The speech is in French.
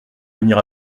venir